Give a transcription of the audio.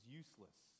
useless